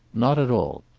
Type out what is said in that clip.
not at all.